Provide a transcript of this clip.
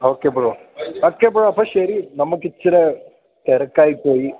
okay bro okay bro അപ്പം ശരി നമുക്ക് ഇച്ചിരി തിരക്കായിപ്പോയി